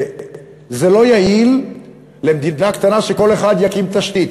כי זה לא יעיל למדינה קטנה שכל אחד יקים תשתית.